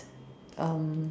um